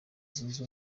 zunze